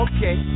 Okay